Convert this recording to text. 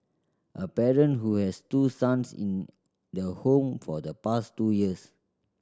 a parent who has two sons in the home for the past two years